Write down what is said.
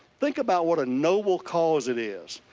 think about what a noble cause it is.